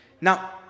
Now